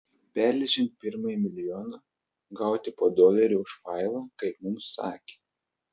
perleidžiant pirmąjį milijoną gauti po dolerį už failą kaip mums sakė